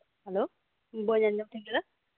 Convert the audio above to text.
hello ᱵᱟᱹᱧ ᱟᱸᱡᱚᱢ ᱴᱷᱤᱠ ᱞᱮᱫᱟ